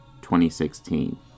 2016